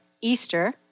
Easter